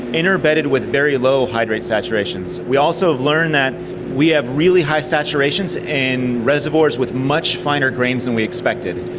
inter-bedded with very low hydrate saturations. we also learned that we have really high saturations in reservoirs with much finer grains than we expected.